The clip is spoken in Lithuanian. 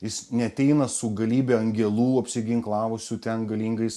jis neateina su galybe angelų apsiginklavusių ten galingais